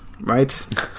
right